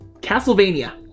Castlevania